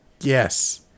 Yes